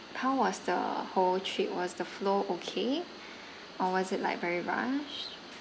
how was the whole trip was the flow okay or was it like very rushed